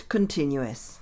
Continuous